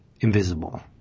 invisible